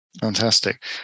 Fantastic